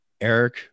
Eric